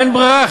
אין ברירה,